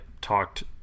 talked